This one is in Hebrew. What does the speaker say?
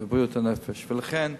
לכן,